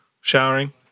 showering